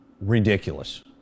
ridiculous